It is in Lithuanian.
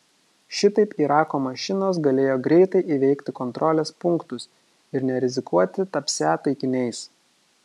šitaip irako mašinos galėjo greitai įveikti kontrolės punktus ir nerizikuoti tapsią taikiniais